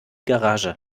garage